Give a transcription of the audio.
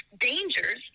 dangers